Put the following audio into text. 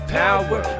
power